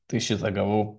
tai šitą gavau